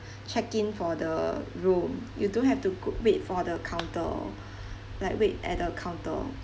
check in for the room you don't have to wait for the counter like wait at the counter